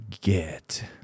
get